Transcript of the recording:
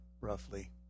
roughly